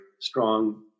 strong